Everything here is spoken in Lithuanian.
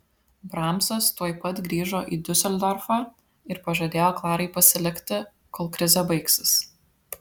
bramsas tuoj pat grįžo į diuseldorfą ir pažadėjo klarai pasilikti kol krizė baigsis